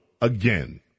again